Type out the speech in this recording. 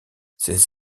ces